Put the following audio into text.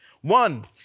One